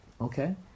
Okay